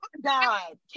God